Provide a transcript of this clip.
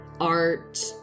art